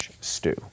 stew